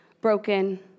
broken